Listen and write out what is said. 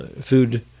food